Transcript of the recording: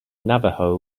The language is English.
navajo